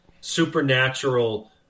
supernatural